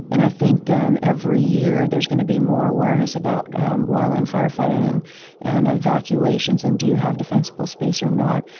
and i think every year there's going to be more awareness about wildland firefighting and and evacuations and do you have defensible space or not,